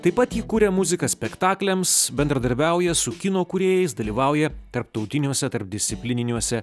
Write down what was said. taip pat ji kuria muziką spektakliams bendradarbiauja su kino kūrėjais dalyvauja tarptautiniuose tarpdisciplininiuose